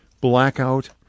blackout